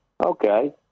Okay